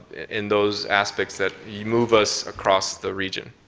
and those aspects that you move us across the region.